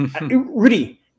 Rudy